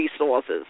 resources